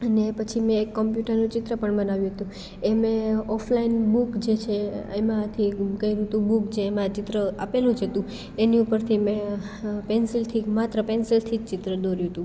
અને પછી મેં એક કમ્પ્યુટરનું ચિત્ર પણ બનાવ્યું હતું એમે ઓફલાઈન બુક જે છે એમાંથી કર્યું તું બુક જે એમાં ચિત્ર આપેલું જ હતું એની ઉપરથી મેં પેન્સિલથી માત્ર પેન્સિલથી જ ચિત્ર દોર્યું હતું